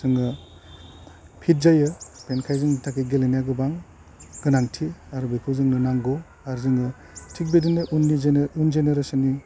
जोङो फिट जायो बिनिखाय जोंनि थाखाय गेलेनाया गोबां गोनांथि आरो बेखौ जोंनो नांगौ आरो जोङो थिक बिदिनो उननि जोनो उन जेनेरेशननि